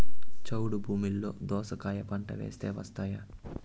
చౌడు భూమిలో దోస కాయ పంట వేస్తే వస్తాయా?